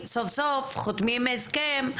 סוף סוף חותמים הסכם,